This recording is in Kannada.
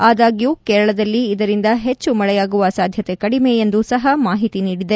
ಆದಾಗ್ಲೂ ಕೇರಳದಲ್ಲಿ ಇದರಿಂದ ಹೆಚ್ಚು ಮಳೆಯಾಗುವ ಸಾಧ್ಯತೆ ಕಡಿಮೆ ಎಂದೂ ಸಹ ಮಾಹಿತಿ ನೀಡಲಾಗಿದೆ